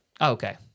Okay